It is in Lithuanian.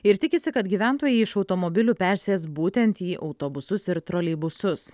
ir tikisi kad gyventojai iš automobilių persės būtent į autobusus ir troleibusus